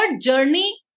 journey